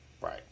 Right